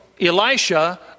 Elisha